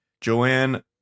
Joanne